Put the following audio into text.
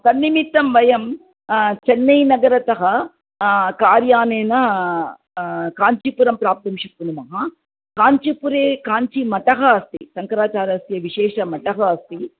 तन्निमित्तं वयं चन्नैनगरतः कार्यानेन काञ्चीपुरं प्राप्तुं शक्नुमः काञ्चीपुरे काञ्चीमठः अस्ति शङ्कराचार्यस्य विशेषमठः अस्ति